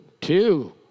Two